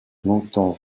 longtemps